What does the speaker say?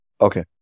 okay